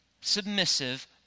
submissive